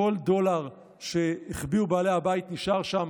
כל דולר שהחביאו בעלי הבית נשאר שם.